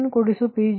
ಅದು 73